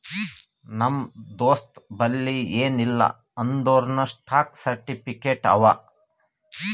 ನಮ್ ದೋಸ್ತಬಲ್ಲಿ ಎನ್ ಇಲ್ಲ ಅಂದೂರ್ನೂ ಸ್ಟಾಕ್ ಸರ್ಟಿಫಿಕೇಟ್ ಅವಾ